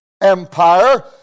Empire